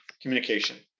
communication